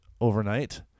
overnight